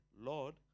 Lord